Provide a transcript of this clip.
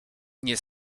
nie